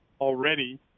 already